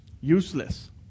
Useless